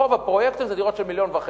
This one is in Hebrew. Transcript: רוב הפרויקטים זה דירות של 1.5 מיליון,